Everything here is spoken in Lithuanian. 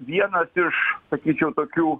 vienas iš sakyčiau tokių